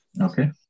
okay